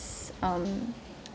um